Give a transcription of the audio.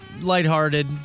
lighthearted